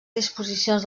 disposicions